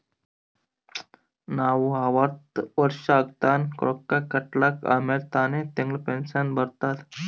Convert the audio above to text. ನಾವ್ ಅರ್ವತ್ ವರ್ಷ ಆಗತನಾ ರೊಕ್ಕಾ ಕಟ್ಬೇಕ ಆಮ್ಯಾಲ ತಾನೆ ತಿಂಗಳಾ ಪೆನ್ಶನ್ ಬರ್ತುದ್